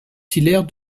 hilaire